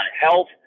health